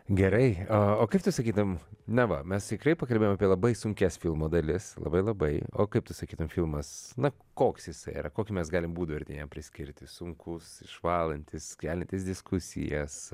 gerai o kaip tu sakytum na va mes tikrai pakalbėjom apie labai sunkias filmo dalis labai labai o kaip tu sakytum filmas na koks jisai yra kokį mes galim būdvardį jam priskirti sunkus išvalantis keliantis diskusijas